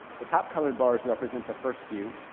the top colored bars represent the first view.